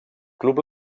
club